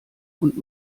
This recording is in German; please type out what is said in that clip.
und